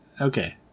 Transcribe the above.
Okay